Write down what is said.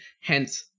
hence